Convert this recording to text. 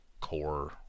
core